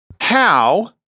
How-